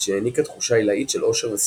שהעניקה תחושה עילאית של אושר וסיפוק.